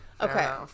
Okay